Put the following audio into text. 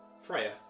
Freya